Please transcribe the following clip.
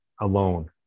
alone